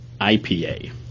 IPA